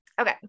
Okay